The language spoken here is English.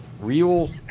real